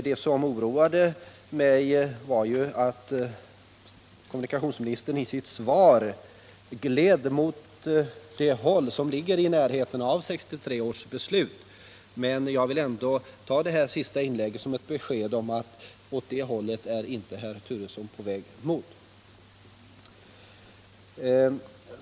Vad som oroade mig var att kommunikationsministern i sitt svar gled mot det håll som ligger i närheten av 1963 års beslut, men jag vill ändå ta hans sista inlägg som ett besked om att herr Turesson inte är på väg åt detta håll.